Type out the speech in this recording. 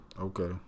Okay